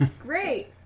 Great